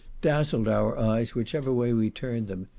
dazzled our eyes whichever way we turned them.